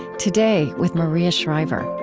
today, with maria shriver